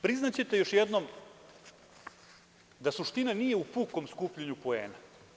Priznaćete još jednom da suština nije u pukom skupljanju poena.